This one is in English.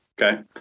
Okay